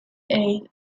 aided